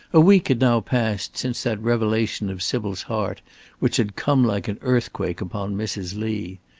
a week had now passed since that revelation of sybil's heart which had come like an earthquake upon mrs. lee.